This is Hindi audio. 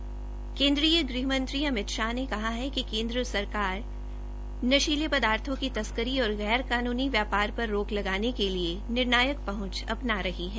केन्द्रीय गृह मुंत्री अमित शाह ने कहा है कि केन्द्र सरकार नशीले पदार्थों की तस्करी और गैर कानूनी व्यापार पर रोक लगाने के निर्णायक पहुंच अपना रही है